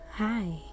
Hi